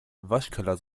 waschkeller